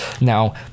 now